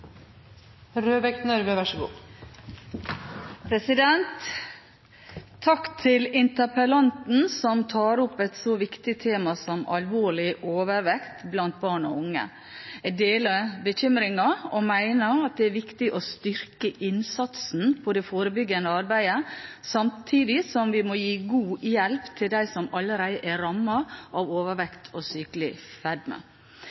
interpellanten, som tar opp et så viktig tema som alvorlig overvekt blant barn og unge. Jeg deler bekymringen og mener det er viktig å styrke innsatsen på det forebyggende arbeidet, samtidig som vi må gi god hjelp til dem som allerede er rammet av overvekt og sykelig